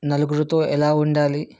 నలుగురితో ఎలా ఉండాలి